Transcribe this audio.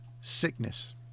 Sickness